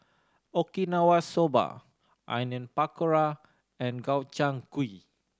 Okinawa Soba Onion Pakora and Gobchang Gui